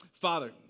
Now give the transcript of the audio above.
Father